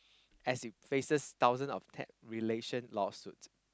as you places thousands of talc relation lawsuit